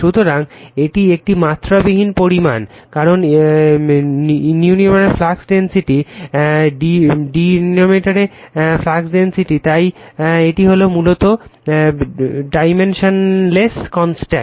সুতরাং এটি একটি মাত্রাবিহীন পরিমাণ কারণ নিয়ামেরেটরও ফ্লাক্স ডেনসিটি ডিনোমিনেটরও ফ্লাক্স ডেনসিটি তাই এটি মূলত ডাইমেনশনলেস কনস্ট্যান্ট